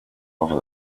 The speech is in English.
over